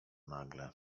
nagle